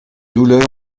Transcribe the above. douleur